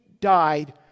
died